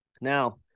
Now